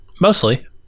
mostly